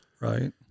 Right